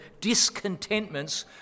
discontentments